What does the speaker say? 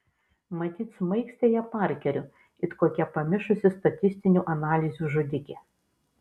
matyt smaigstė ją parkeriu it kokia pamišusi statistinių analizių žudikė